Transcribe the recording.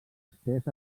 estès